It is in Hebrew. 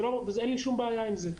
אין לי שום בעיה עם זה,